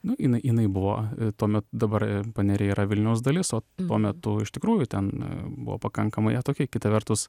nu jinai jinai buvo tuomet dabar paneriai yra vilniaus dalis o tuo metu iš tikrųjų ten buvo pakankamai atoki kita vertus